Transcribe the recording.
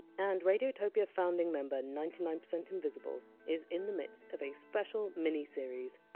and radiotopian founding member ninety nine percent invisible is in the midst of a special miniseries,